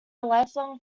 lifelong